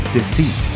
Deceit